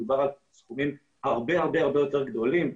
מדובר על סכומים הרבה יותר גדולים,